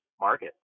market